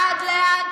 מה זה אין דבר כזה?